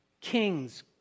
kings